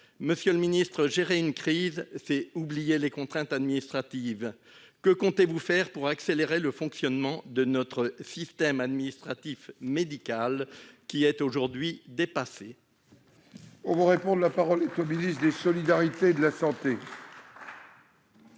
Monsieur le ministre, gérer une crise, c'est oublier les contraintes administratives. Que comptez-vous faire pour accélérer le fonctionnement de notre système administratif et médical, aujourd'hui dépassé ? La parole est à M. le ministre des solidarités et de la santé.